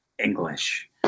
English